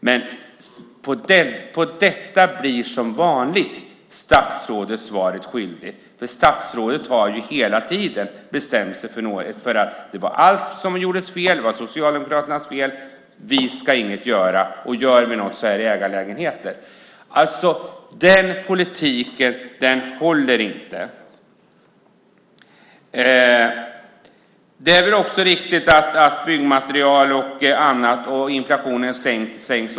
På detta blir som vanligt statsrådet svaret skyldig. Statsrådet har hela tiden sagt att allt var Socialdemokraternas fel och att regeringen ska inget göra. Om de gör något är det fråga om ägarlägenheter. Den politiken håller inte. Det är väl också riktigt att priserna på byggmaterial och inflationen sänks.